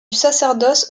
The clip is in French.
sacerdoce